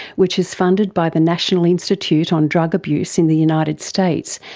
which is funded by the national institute on drug abuse in the united states,